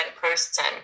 person